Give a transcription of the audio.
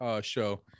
show